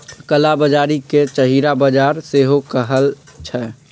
कला बजारी के छहिरा बजार सेहो कहइ छइ